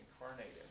incarnated